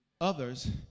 others